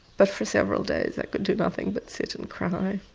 but for several days i could do nothing but sit and cry.